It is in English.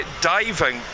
diving